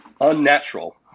unnatural